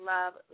Love